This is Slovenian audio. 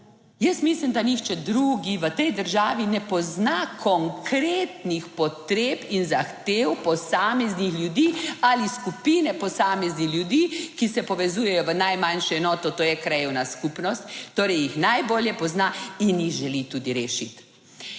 12.20** (nadaljevanje) konkretnih potreb in zahtev posameznih ljudi ali skupine posameznih ljudi, ki se povezujejo v najmanjšo enoto, to je krajevna skupnost, torej jih najbolje pozna in jih želi tudi rešiti.